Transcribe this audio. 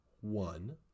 one